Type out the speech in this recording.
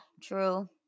True